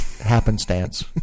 happenstance